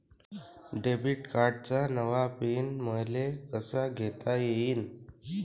Debit कार्डचा नवा PIN मले कसा घेता येईन?